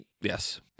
Yes